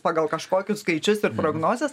pagal kažkokius skaičius ir prognozes